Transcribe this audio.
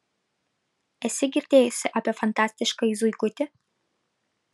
esi girdėjusi apie fantastiškąjį zuikutį